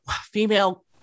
female